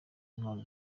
intwaro